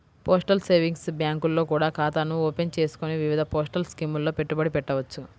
postal savings బ్యాంకుల్లో కూడా ఖాతాను ఓపెన్ చేసుకొని వివిధ పోస్టల్ స్కీముల్లో పెట్టుబడి పెట్టవచ్చు